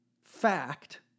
fact